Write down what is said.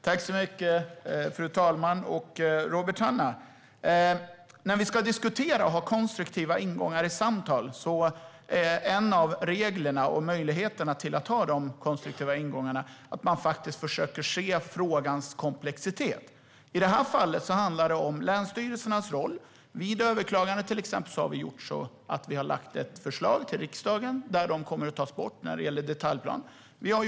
Fru talman! När vi ska diskutera och ha konstruktiva ingångar i samtal är en av reglerna och möjligheterna till dessa konstruktiva ingångar att man faktiskt försöker se frågans komplexitet. I det här fallet handlar det om länsstyrelsernas roll. I fråga om överklaganden har vi lagt fram ett förslag till riksdagen om att ta bort dem när det gäller detaljplan.